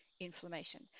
Inflammation